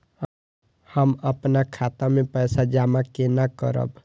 हम अपन खाता मे पैसा जमा केना करब?